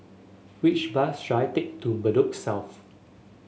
which bus should I take to Bedok South